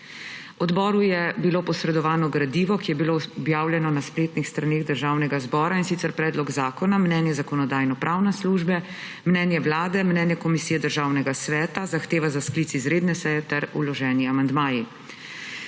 Odboru je bilo posredovano gradivo, ki je bilo objavljeno na spletnih straneh Državnega zbora, in sicer predlog zakona, mnenje Zakonodajno-pravne službe, mnenje Vlade, mnenje Komisije Državnega sveta, zahteva za sklic izredne seje ter vloženi amandmaji.